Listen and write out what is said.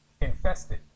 Infested